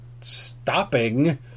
stopping